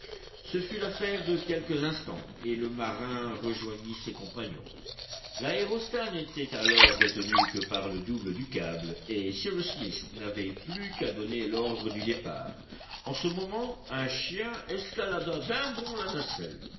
ce fut l'affaire de quelques instants et le marin rejoignit ses compagnons l'aérostat n'était alors retenu que par le double du câble et cyrus smith n'avait plus qu'à donner l'ordre du départ en ce moment un chien escalada d'un bond la nacelle